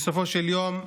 בסופו של יום,